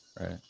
Right